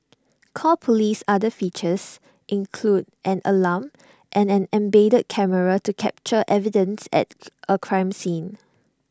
call police's other features include an alarm and an embedded camera to capture evidence at A crime scene